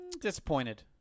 Disappointed